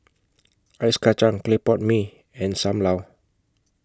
Ice Kacang Clay Pot Mee and SAM Lau